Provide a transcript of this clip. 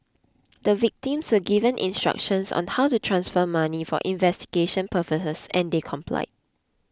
the victims were given instructions on how to transfer money for investigation purposes and they complied